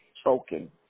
spoken